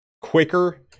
quicker